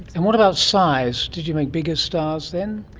and what about size? did you make bigger stars then?